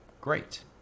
great